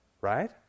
Right